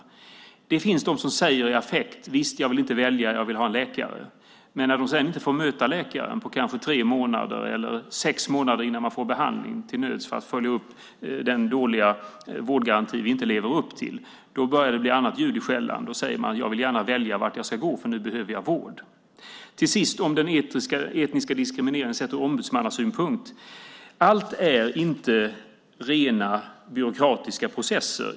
Visst, det finns de som säger i affekt: Jag vill inte välja! Jag vill ha en läkare! Men när de sedan inte får möta läkaren på kanske tre månader, eller det tar sex månader innan de till nöds får behandling för att den dåliga vårdgaranti vi inte lever upp till ska följas upp, då börjar det bli annat ljud i skällan. Då säger man: Jag vill gärna välja vart jag ska gå, för nu behöver jag vård. Till sist vill jag beröra den etniska diskrimineringen sett ur ombudsmannasynpunkt. Allt är inte rena byråkratiska processer.